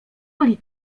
jedynie